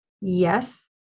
yes